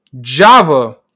Java